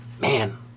Man